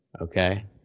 Okay